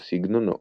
סגנונו